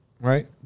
right